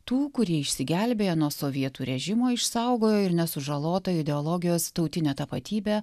tų kurie išsigelbėjo nuo sovietų režimo išsaugojo ir nesužalotą ideologijos tautinę tapatybę